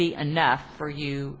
be enough for you